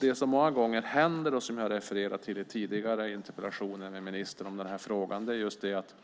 Det som många gånger händer och som jag refererat till i tidigare interpellationer med ministern i den här frågan är att